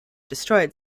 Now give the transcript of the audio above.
destroyed